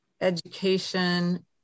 Education